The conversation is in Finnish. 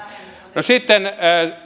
sitten